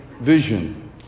vision